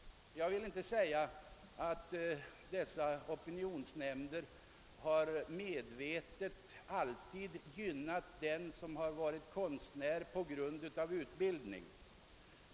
Jag vill inte säga att dessa opinionsnämnder medvetet alltid gynnat den som har varit konstnär på grund av utbildning.